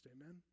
Amen